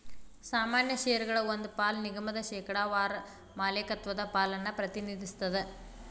ಸಾಮಾನ್ಯ ಷೇರಗಳ ಒಂದ್ ಪಾಲ ನಿಗಮದ ಶೇಕಡಾವಾರ ಮಾಲೇಕತ್ವದ ಪಾಲನ್ನ ಪ್ರತಿನಿಧಿಸ್ತದ